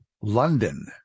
London